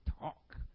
talk